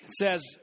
Says